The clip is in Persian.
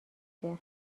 بده